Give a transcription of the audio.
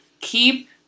keep